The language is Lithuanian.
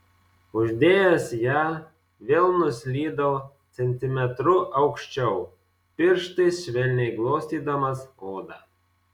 uždėjęs ją vėl nuslydau centimetru aukščiau pirštais švelniai glostydamas odą